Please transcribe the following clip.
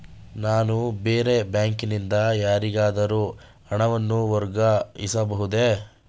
ನಾನು ಬೇರೆ ಬ್ಯಾಂಕಿನಿಂದ ಯಾರಿಗಾದರೂ ಹಣವನ್ನು ವರ್ಗಾಯಿಸಬಹುದೇ?